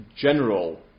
general